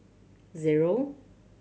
zero